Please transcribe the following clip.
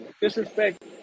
disrespect